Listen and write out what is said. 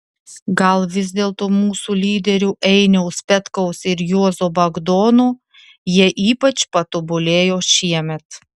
gal vis dėlto mūsų lyderių einiaus petkaus ir juozo bagdono jie ypač patobulėjo šiemet